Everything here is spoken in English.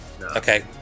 Okay